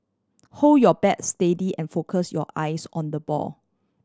hold your bat steady and focus your eyes on the ball